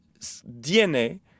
dna